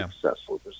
successful